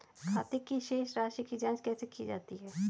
खाते की शेष राशी की जांच कैसे की जाती है?